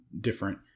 different